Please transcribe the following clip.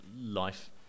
life